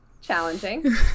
challenging